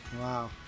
Wow